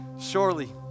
surely